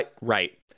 Right